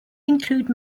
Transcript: include